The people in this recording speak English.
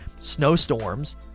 snowstorms